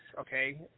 okay